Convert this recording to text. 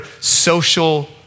social